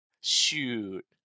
shoot